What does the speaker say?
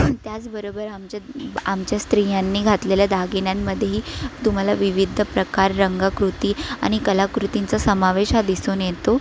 त्याचबरोबर आमच्या आमच्या स्त्रियांनी घातलेल्या दागिन्यांमध्येही तुम्हाला विविध प्रकार रंगकृती आणि कलाकृतींचा समावेश हा दिसून येतो